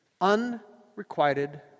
Unrequited